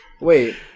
Wait